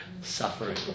Suffering